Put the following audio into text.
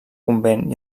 convent